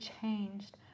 changed